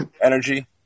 energy